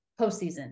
postseason